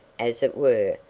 as it were,